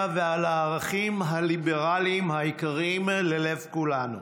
ועל הערכים הליברליים היקרים ללב כולנו.